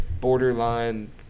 borderline